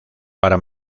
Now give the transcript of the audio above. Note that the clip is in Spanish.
para